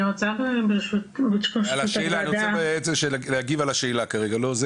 אני רוצה רק להגיב על השאלה הזו כרגע.